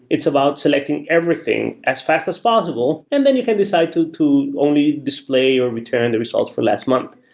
it's about selecting selecting everything as fast as possible, and then you can decide to to only display or return the result for last month.